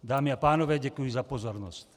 Dámy a pánové, děkuji za pozornost.